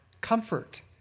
comfort